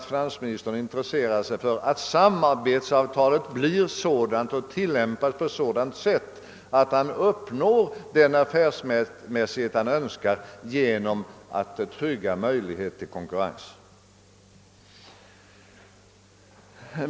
Finansministern bör intressera sig för att samarbetsavtalet blir sådant och tillämpas på sådant sätt, att den affärsmässighet han önskar verk ligen uppnås — genom att man tryggar möjligheterna till konkurrens.